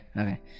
okay